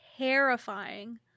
terrifying